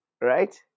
Right